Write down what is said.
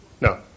No